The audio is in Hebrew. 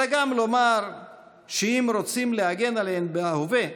אלא גם לומר שאם רוצים להגן עליהן בהווה,